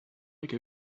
like